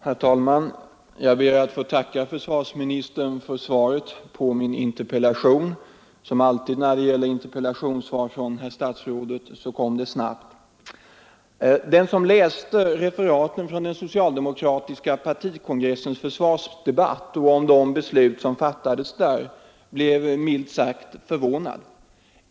Herr talman! Jag ber att få tacka försvarsministern för svaret på min interpellation. Som alltid när det gäller interpellationssvar från herr statsrådet kom det snabbt. Den som läste referaten från den socialdemokratiska partikongressens försvarsdebatt och om de beslut som fattades där blev milt sagt förvånad.